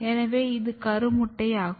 எனவே இது கருமுட்டை ஆகும்